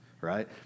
right